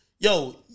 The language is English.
Yo